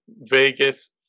Vegas